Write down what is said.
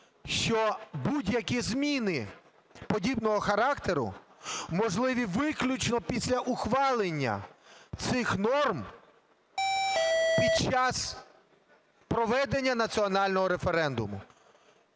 що будь-які зміни подібного характеру можливі виключно після ухвалення цих норм під час проведення національного референдуму,